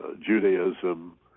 Judaism